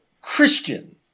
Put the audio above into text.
Christian